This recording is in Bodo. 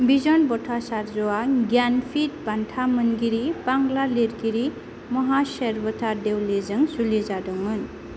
बिजान भट्टाचार्यआन ज्ञानपीठ बान्था मोनगिरि बांला लिरगिरि महाश्वेरबता देवीजों जुलि जादोंमोन